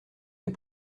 des